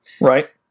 Right